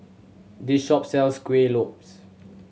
this shop sells Kuih Lopes